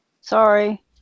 Sorry